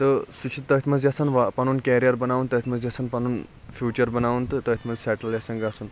تہٕ سُہ چھُ تٔتھۍ مَنٛز یَژھان وا پَنُن کیریر بَناوُن تٔتھۍ مَنٛز یَژھان پَنُن فیٛوٗچَر بَناوُن تہٕ تٔتھۍ مَنٛز سیٚٹل یَژھان گَژھُن